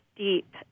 deep